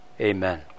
Amen